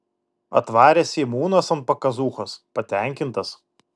atvarė seimūnas ant pakazūchos patenkintas